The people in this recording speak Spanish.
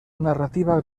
narrativa